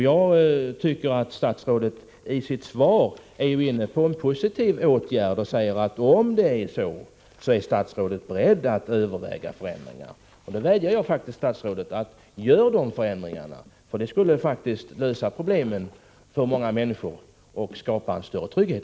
Jag tycker att statsrådet i sitt svar är inne på en positiv åtgärd. Han säger att om det är så är han beredd att överväga förändringar. Jag kan då vädja till statsrådet: Gör dessa förändringar! Det skulle faktiskt lösa problemet för många människor och skapa en större trygghet.